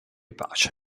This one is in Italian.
pace